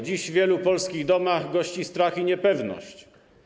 Dziś w wielu polskich domach gości strach i niepewność.